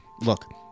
Look